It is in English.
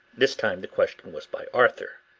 this time the question was by arthur.